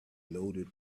loaded